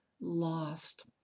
lost